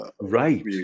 Right